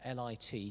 lit